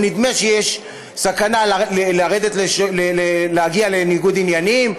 או נדמה שיש סכנה להגיע לניגוד עניינים,